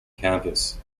campus